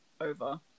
over